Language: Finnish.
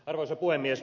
arvoisa puhemies